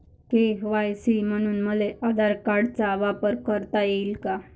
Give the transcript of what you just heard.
KYC म्हनून मले आधार कार्डाचा वापर करता येईन का?